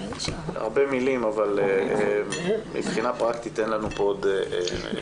הרבה מילים אבל מבחינה פרקטית אין לנו כאן תשובה.